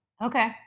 okay